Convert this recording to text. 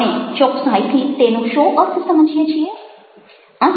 આપણે ચોકસાઈથી તેનો શો અર્થ સમજીએ છીએ